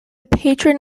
patron